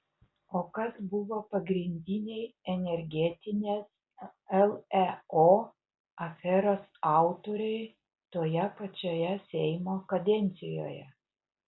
o kas buvo pagrindiniai energetinės leo aferos autoriai toje pačioje seimo kadencijoje